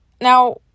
Now